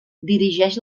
dirigeix